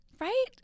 right